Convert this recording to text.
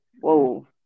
Whoa